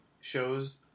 shows